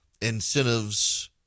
incentives